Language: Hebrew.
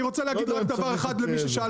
אני רוצה להגיד עוד דבר אחד למי ששאל